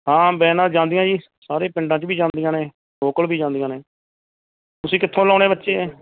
ਹਾਂ ਵੈਨਾਂ ਜਾਂਦੀਆਂ ਜੀ ਸਾਰੇ ਪਿੰਡਾਂ 'ਚ ਵੀ ਜਾਂਦੀਆਂ ਨੇ ਲੋਕਲ ਵੀ ਜਾਂਦੀਆਂ ਨੇ ਤੁਸੀਂ ਕਿੱਥੋਂ ਲਾਉਣੇ ਬੱਚੇ